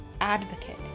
Advocate